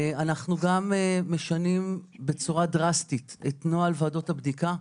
אנחנו גם משנים בצורה דרסטית את נוהל ועדות הבדיקה.